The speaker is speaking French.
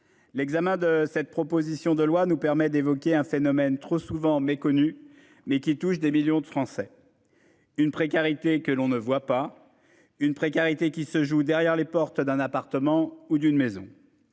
L'examen de cette proposition de loi nous permet d'évoquer un phénomène trop souvent méconnue mais qui touche des millions de Français. Une précarité que l'on ne voit pas une précarité qui se joue derrière les portes d'un appartement ou d'une maison.